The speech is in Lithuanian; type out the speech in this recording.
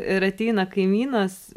ir ateina kaimynas